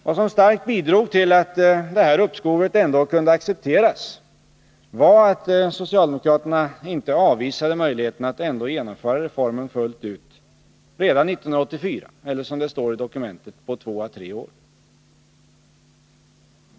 Vad som starkt bidrog till att uppskovet ändå kunde accepteras var att socialdemokraterna trots allt inte avvisade möjligheten att genomföra reformen fullt ut redan 1984, eller, som det heter i dokumentet, på två å tre år.